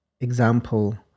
example